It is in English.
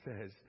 says